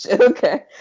Okay